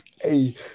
Hey